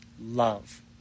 love